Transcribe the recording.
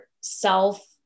self